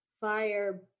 fire